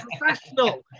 professional